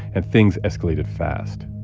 and things escalated fast.